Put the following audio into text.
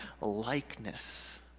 likeness